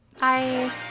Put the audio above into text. Bye